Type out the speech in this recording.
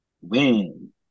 Win